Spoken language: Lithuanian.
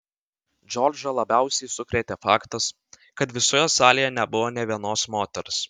džordžą labiausiai sukrėtė faktas kad visoje salėje nebuvo nė vienos moters